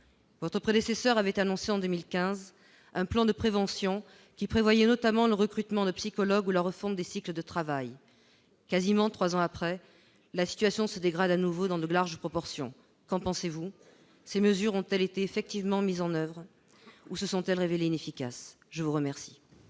votre prédécesseur avait annoncé un plan de prévention qui prévoyait notamment le recrutement de psychologues ou la refonte des cycles de travail. Quasiment trois ans après, la situation se dégrade à nouveau dans de larges proportions : qu'en pensez-vous ? Ces mesures ont-elles été effectivement mises en oeuvre ou se sont-elles révélées inefficaces ? La parole